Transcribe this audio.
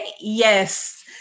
Yes